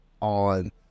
on